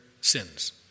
sins